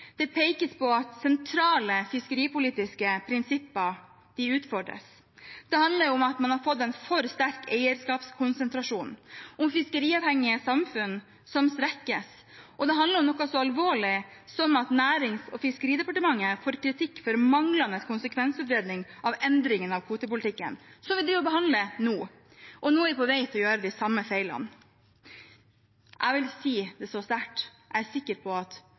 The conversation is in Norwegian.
Det pekes på at sentrale fiskeripolitiske prinsipper utfordres. Det handler om at man har fått en for sterk eierskapskonsentrasjon, om fiskeriavhengige samfunn som svekkes, og det handler om noe så alvorlig som at Nærings- og fiskeridepartementet får kritikk for manglende konsekvensutredning av endringer i kvotepolitikken, som vi driver og behandler nå. Nå er vi på vei til å gjøre de samme feilene. Jeg vil si det så sterkt: Jeg er sikker på at